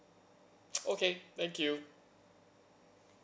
okay thank you